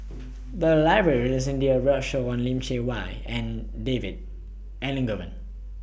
The Library recently did A roadshow on Lim Chee Wai and David Elangovan